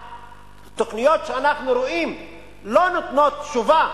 והתוכניות שאנחנו רואים כאן לא נותנות תשובה